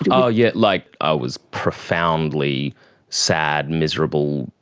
and ah yes, like i was profoundly sad, miserable,